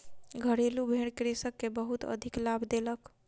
घरेलु भेड़ कृषक के बहुत अधिक लाभ देलक